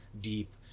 deep